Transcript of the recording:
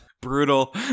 Brutal